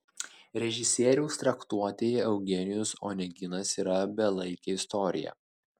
režisieriaus traktuotėje eugenijus oneginas yra belaikė istorija